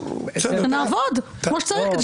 נעבוד כמו שצריך.